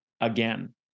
again